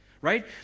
right